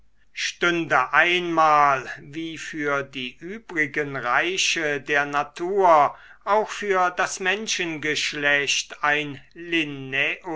stünde einmal wie für die übrigen reiche der natur auch für das